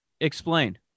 Explain